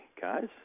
guys